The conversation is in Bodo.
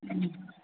उम